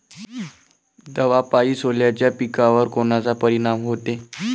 दवापायी सोल्याच्या पिकावर कोनचा परिनाम व्हते?